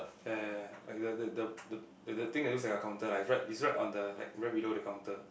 ya ya like the the the the the thing that looks like a counter like is right is right on the like right below the counter